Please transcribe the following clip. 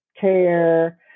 care